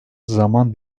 zaman